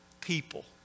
people